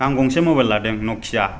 आं गंसे मबाइल लादों न'किया